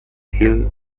hill